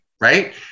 Right